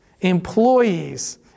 employees